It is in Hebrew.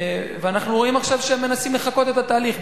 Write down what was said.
אנחנו רואים עכשיו שהם מנסים לחקות את התהליך,